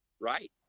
Right